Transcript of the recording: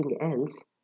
else